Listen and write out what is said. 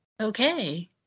okay